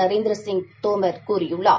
நரேந்திர தோமர் கூறியுள்ளார்